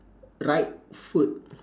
right foot